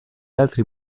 altri